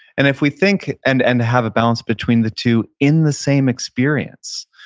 and if we think and and have a balance between the two in the same experience,